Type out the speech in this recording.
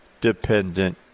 dependent